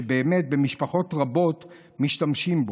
שבאמת במשפחות רבות משתמשים בו.